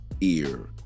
ear